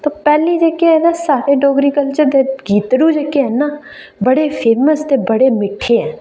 तां पैह्लें जेहके है ते सारे डोगरी कल्चर दे गीतड़ू जेहके हैन ना बड़े फैमस ते बड़े मिट्ठे न